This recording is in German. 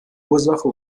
ursache